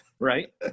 Right